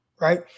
right